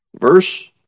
verse